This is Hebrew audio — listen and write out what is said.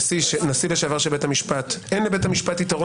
נשיא לשעבר של בית המשפט: אין לבית המשפט יתרון